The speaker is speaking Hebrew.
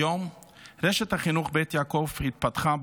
והיום רשת החינוך בית יעקב התפתחה,